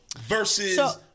versus